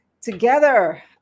together